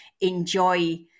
enjoy